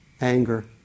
anger